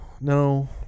no